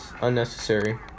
unnecessary